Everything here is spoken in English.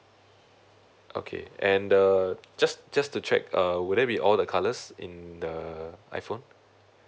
okay and the just just to check uh would that be all the colours in the iPhone